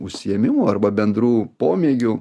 užsiėmimų arba bendrų pomėgių